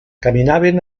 caminaven